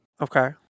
Okay